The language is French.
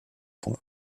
poing